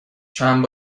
چند